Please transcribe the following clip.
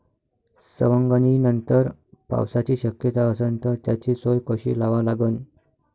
सवंगनीनंतर पावसाची शक्यता असन त त्याची सोय कशी लावा लागन?